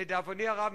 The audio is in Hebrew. לדאבוני הרב,